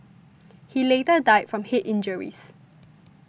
he later died from head injuries